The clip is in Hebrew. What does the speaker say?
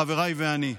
חבריי ואני,